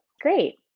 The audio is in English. Great